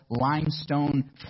limestone